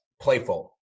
playful